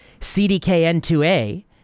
CDKN2A